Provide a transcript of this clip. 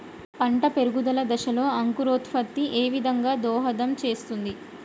పంట పెరుగుదల దశలో అంకురోత్ఫత్తి ఏ విధంగా దోహదం చేస్తుంది?